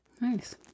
Nice